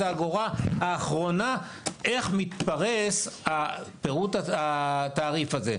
האגורה האחרונה איך מתפרס חישוב התעריף הזה.